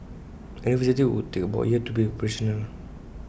A new facility would take about A year to be operational